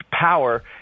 power